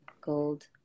Gold